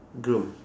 groom